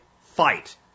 Fight